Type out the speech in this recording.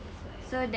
that's why